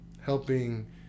helping